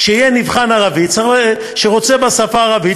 כשיהיה נבחן ערבי שרוצה להיבחן בשפה הערבית,